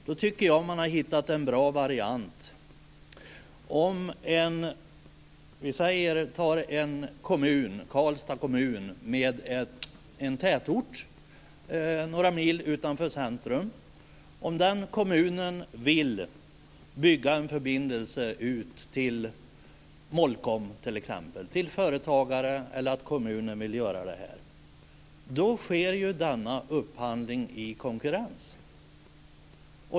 Herr talman! Jag vill fråga Lennart Daléus en sak. Vi diskuterar det regionala stödet som finns i IT propositionen. Jag tycker att man har hittat en bra variant. Låt oss ta Karlstad kommun som exempel. Där finns en tätort några mil utanför centrum. Om den kommunen vill bygga en förbindelse ut till företagare i Molkom t.ex., sker ju denna upphandling i konkurrens.